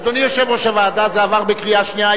אדוני יושב-ראש הוועדה, זה עבר בקריאה שנייה.